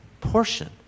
portion